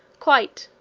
quite,